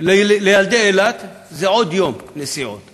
לילדי אילת זה עוד יום נסיעות.